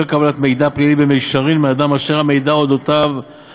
קבלת מידע פלילי במישרין מאדם אשר המידע הוא על אודותיו,